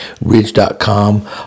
Ridge.com